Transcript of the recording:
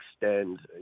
extend